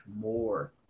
more